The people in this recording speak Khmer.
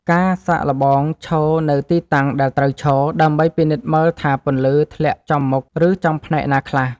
ការសាកល្បងឈរនៅទីតាំងដែលត្រូវឈរ ដើម្បីពិនិត្យមើលថាពន្លឺធ្លាក់ចំមុខ ឬចំផ្នែកណាខ្លះ។